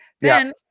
Then-